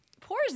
Poor